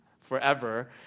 forever